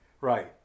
Right